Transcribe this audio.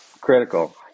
Critical